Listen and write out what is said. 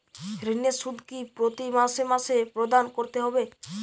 ঋণের সুদ কি প্রতি মাসে মাসে প্রদান করতে হবে?